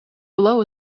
below